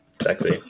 sexy